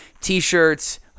t-shirts